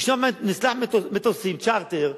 נשלח מטוסים, צ'ארטר,